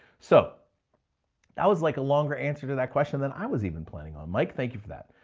so that was like a longer answer to that question than i was even planning on mike. thank you for that.